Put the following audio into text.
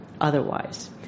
otherwise